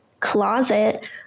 closet